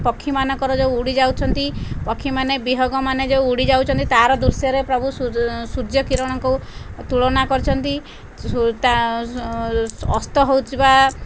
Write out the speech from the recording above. ପକ୍ଷୀମାନଙ୍କର ଯେଉଁ ଉଡ଼ିଯାଉଛନ୍ତି ପକ୍ଷୀମାନେ ବିହଙ୍ଗ ମାନେ ଯେଉଁ ଉଡ଼ିଯାଉଛନ୍ତି ତାର ଦୃଶ୍ୟରେ ପ୍ରଭୁ ସୂର୍ଯ୍ୟ କିରଣକୁ ତୁଳନା କରିଛନ୍ତି ଅସ୍ତ ହେଉଥିବା